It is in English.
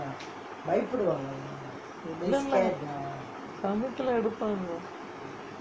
சமயத்துலே எடுப்பாங்கே:samayathulae eduppangae